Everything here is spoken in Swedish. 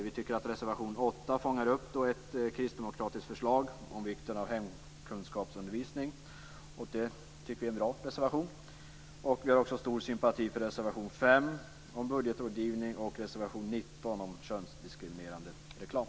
Vi tycker att reservation 8 fångar upp ett kristdemokratiskt förslag om vikten av hemkunskapsundervisning. Det tycker vi är en bra reservation. Vi har också stor sympati för reservation 5 om budgetrådgivning och reservation 19 om könsdiskriminerande reklam.